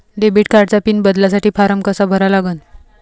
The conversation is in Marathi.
डेबिट कार्डचा पिन बदलासाठी फारम कसा भरा लागन?